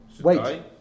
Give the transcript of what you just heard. Wait